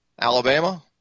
Alabama